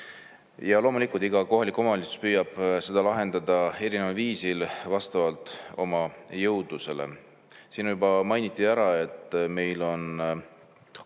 Loomulikult iga kohalik omavalitsus püüab seda lahendada erineval viisil, vastavalt oma jõudlusele. Siin juba mainiti, et meil on